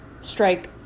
strike